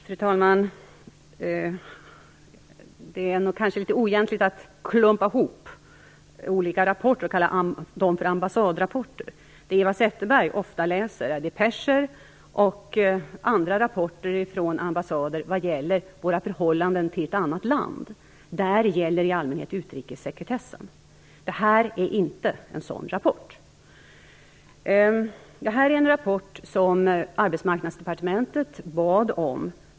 Fru talman! Det är kanske litet oegentligt att klumpa ihop olika rapporter och kalla dem för ambassadrapporter. Vad Eva Zetterberg ofta läser är depescher och andra rapporter från ambassader vad gäller våra förhållanden till ett annat land. Där gäller i allmänhet utrikessekretessen. Det här är inte en sådan rapport. Denna rapport bad Arbetsmarknadsdepartementet om.